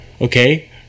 Okay